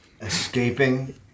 escaping